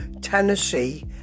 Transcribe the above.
Tennessee